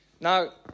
Now